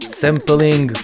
sampling